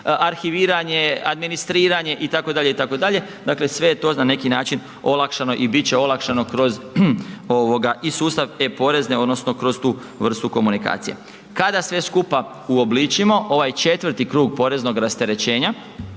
arhiviranje, administriranje itd. itd., dakle sve je to na neki način olakšano i bit će olakšano kroz ovoga i sustav e-porezne odnosno kroz tu vrstu komunikacije. Kada sve skupa uobličimo ovaj 4 krug poreznog rasterećenja,